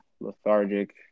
lethargic